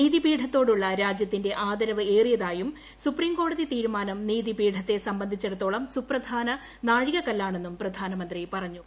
നീതിപീഠ ത്തോടുള്ള രാജ്യത്തിന്റെ ആദരവ് ഏറിയതായും സുപ്രീം കോടതി തീരുമാനം നീതിപീഠത്തെ സംബന്ധിച്ചടത്തോളം സുപ്രധാന നാഴിക കല്ലാണെന്നും പ്രധാനമന്ത്രി പറഞ്ഞു